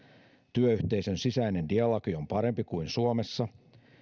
työyhteisön sisäinen dialogi on parempi kuin suomessa